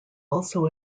also